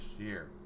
year